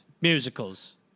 musicals